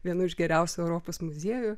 vienu iš geriausių europos muziejų